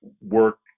work